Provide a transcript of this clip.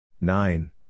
Nine